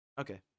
Okay